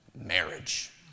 Marriage